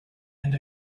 and